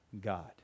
God